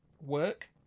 work